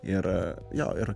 ir jo ir